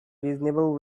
reasonable